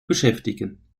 beschäftigen